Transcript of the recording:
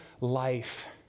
life